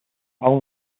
aún